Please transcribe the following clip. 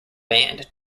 banned